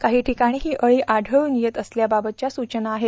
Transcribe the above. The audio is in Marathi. काही ठिकाणी ही अळी आढळून येत असल्याबाबतच्या सुवना आहेत